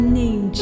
name